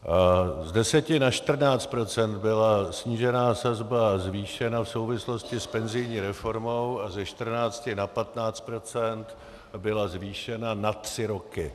Z 10 na 14 % byla snížená sazba zvýšena v souvislosti s penzijní reformou a ze 14 na 15 % byla zvýšena na tři roky.